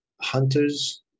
hunters